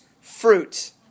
fruit